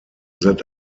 that